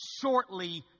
shortly